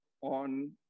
on